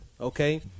okay